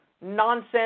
nonsense